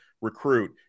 recruit